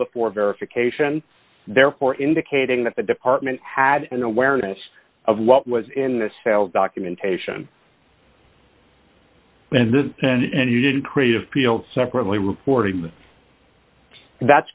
before verification therefore indicating that the department had an awareness of what was in the sales documentation and then and you didn't create a field separately reporting th